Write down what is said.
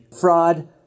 fraud